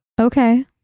Okay